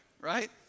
right